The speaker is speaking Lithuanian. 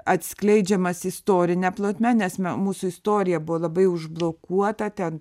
atskleidžiamas istorine plotme nes me mūsų istorija buvo labai užblokuota ten